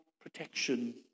protection